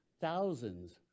thousands